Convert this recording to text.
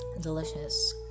Delicious